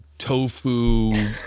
Tofu